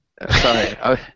Sorry